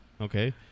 okay